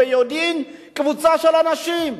ביודעין קבוצה של אנשים,